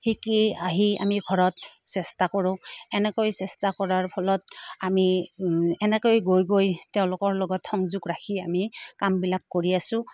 শিকি আহি আমি ঘৰত চেষ্টা কৰোঁ এনেকৈ চেষ্টা কৰাৰ ফলত আমি এনেকৈ গৈ গৈ তেওঁলোকৰ লগত সংযোগ ৰাখি আমি কামবিলাক কৰি আছো